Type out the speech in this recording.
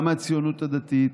גם מהציונות הדתית,